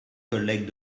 collègues